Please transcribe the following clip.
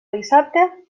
dissabte